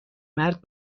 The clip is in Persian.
مرد